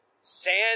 sand